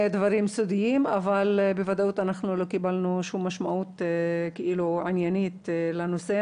דברים סודיים אבל בוודאות לא קיבלנו משמעות עניינית לנושא.